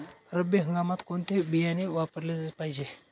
रब्बी हंगामात कोणते बियाणे वापरले पाहिजे?